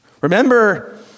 Remember